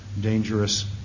dangerous